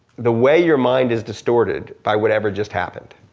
the way your mind is distorted by whatever just happened,